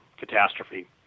catastrophe